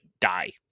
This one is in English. die